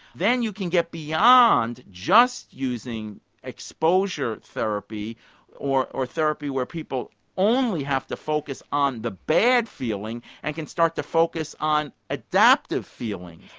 then you can get beyond just using exposure therapy or or therapy where people only have to focus on the bad feeling and can start to focus on adaptive feeling.